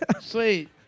Sweet